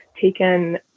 taken